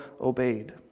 obeyed